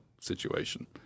situation